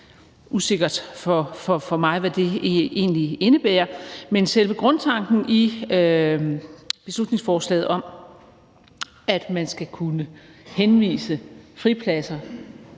usikkert for mig, hvad det egentlig indebærer. Men selve grundtanken i beslutningsforslaget om, at man skal kunne henvises til fripladser